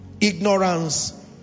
Ignorance